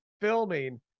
filming